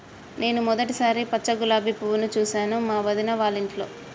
నేను మొదటిసారి పచ్చ గులాబీ పువ్వును చూసాను మా వదిన వాళ్ళింట్లో